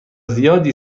زیادی